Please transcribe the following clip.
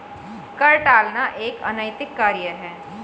कर टालना एक अनैतिक कार्य है